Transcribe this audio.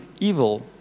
evil